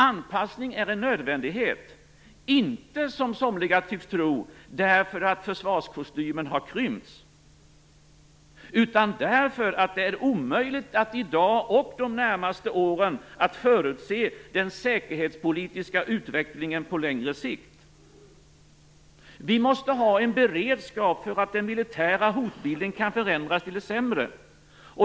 Anpassning är en nödvändighet, inte som somliga tycks tro därför att försvarskostymen har krympts utan därför att det i dag och under de närmaste åren är omöjligt att förutse den säkerhetspolitiska utvecklingen på längre sikt. Vi måste ha en beredskap för att den militära hotbilden kan förändras till det sämre.